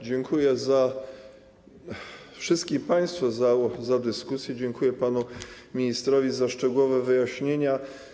Dziękuję wszystkim państwu za dyskusję, dziękuję panu ministrowi za szczegółowe wyjaśnienia.